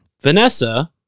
Vanessa